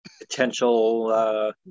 potential